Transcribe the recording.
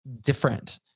different